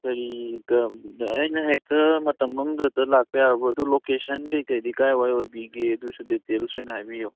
ꯀꯔꯤ ꯑꯩꯅ ꯍꯦꯛꯇ ꯃꯇꯝ ꯑꯃꯗ ꯍꯦꯛꯇ ꯂꯥꯛꯄ ꯌꯥꯔꯕꯣ ꯑꯗꯨ ꯂꯣꯀꯦꯁꯟ ꯀꯔꯤ ꯀꯔꯤꯗꯤ ꯀꯗꯥꯏ ꯋꯥꯏ ꯑꯣꯏꯕꯤꯒꯦ ꯑꯗꯨꯁꯨ ꯗꯤꯇꯦꯜꯁ ꯑꯣꯏꯅ ꯍꯥꯏꯕꯤꯌꯣ